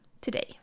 today